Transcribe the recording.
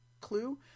clue